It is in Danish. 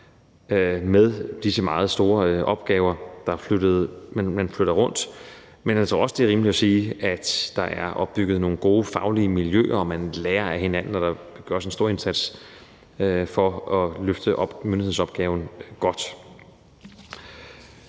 med disse meget store opgaver, man flyttede rundt. Men jeg tror også, det er rimeligt at sige, at der er opbygget nogle gode faglige miljøer, at man lærer af hinanden, og at der gøres en stor indsats for at løfte myndighedsopgaven godt.